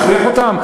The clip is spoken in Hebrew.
מישהו מכריח אותם?